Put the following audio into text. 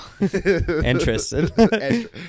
Interested